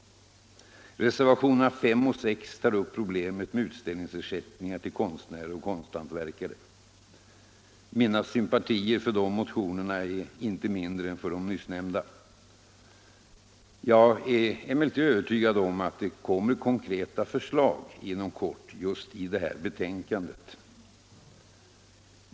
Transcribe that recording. Reservationerna 5 och 6 tar upp problemet med utställningsersättningar till konstnärer och konsthantverkare. Mina sympatier för de motionerna är inte mindre än för de nyssnämnda. Jag är emellertid övertygad om att det kommer konkreta förslag inom kort just i det här betänkandet.